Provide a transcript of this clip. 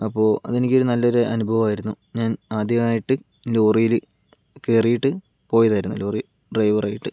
അപ്പൊൾ അത് എനിക്കൊരു നല്ല അനുഭവമായിരുന്നു ഞാൻ ആദ്യമായിട്ട് ലോറിയില് കേറീട്ട് പോയതായിരുന്നു ലോറി ഡ്രൈവറായിട്ട്